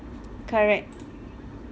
correct